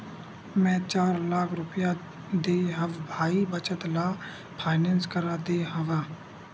मै चार लाख रुपया देय हव भाई बचत ल फायनेंस करा दे हँव